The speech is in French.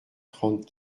trente